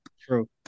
True